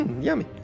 yummy